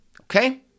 Okay